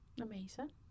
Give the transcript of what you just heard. amazing